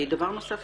דבר נוסף,